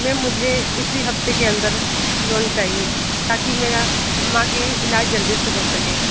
ma'am मुझे इसी हफ्ते के अंदर लोन चाहिए ताकि मेरा माँ की इलाज जल्दी से हो सके